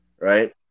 Right